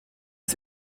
ist